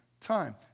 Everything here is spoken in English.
time